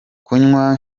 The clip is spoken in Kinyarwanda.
kunywa